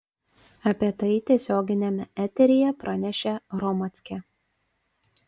apie tai tiesioginiame eteryje pranešė hromadske